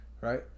Right